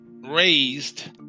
raised